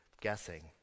guessing